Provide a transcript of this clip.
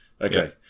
Okay